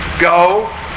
Go